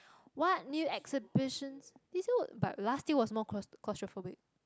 what new exhibitions this year but last year was more claustro~ claustrophobic